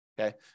Okay